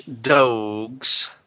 Dogs